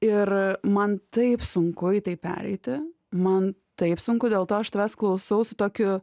ir man taip sunku į tai pereiti man taip sunku dėl to aš tavęs klausau su tokiu